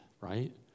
right